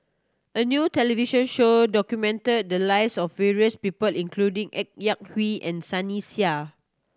a new television show documented the lives of various people including Ng Yak Whee and Sunny Sia